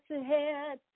ahead